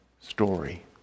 story